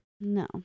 No